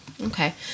okay